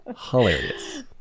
hilarious